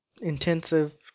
intensive